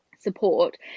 support